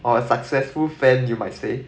or successful fan you might say